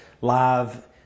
live